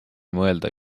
mõelda